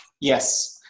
Yes